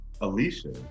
Alicia